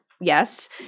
yes